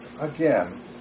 again